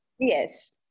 Yes